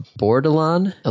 Bordelon